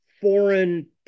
foreign